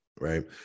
Right